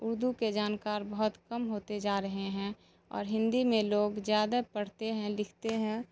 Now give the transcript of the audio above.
اردو کے جانکار بہت کم ہوتے جا رہے ہیں اور ہندی میں لوگ زیادہ پڑھتے ہیں لکھتے ہیں